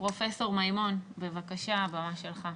פרופ' מימון, בבקשה, הבמה שלך.